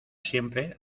siempre